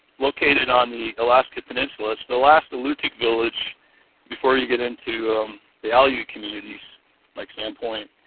located on the alaskan peninsula. it's the last alutiiq village before you get into the aleut communities like sand point.